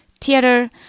theater